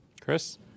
Chris